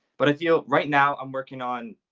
but i feel right now i'm working on